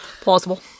Plausible